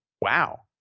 Wow